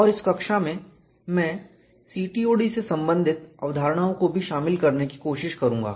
और इस कक्षा में मैं CTOD से संबंधित अवधारणाओं को भी शामिल करने की कोशिश करूंगा